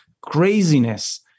craziness